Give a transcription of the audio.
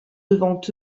devant